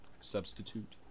substitute